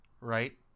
right